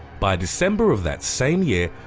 by december of that same year,